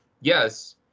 yes